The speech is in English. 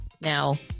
Now